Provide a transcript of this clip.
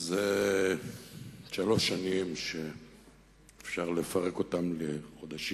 אלה שלוש שנים שאפשר לפרק אותן לחודשים,